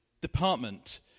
department